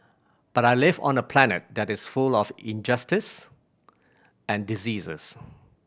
but I live on a planet that is full of injustice and diseases